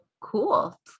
Cool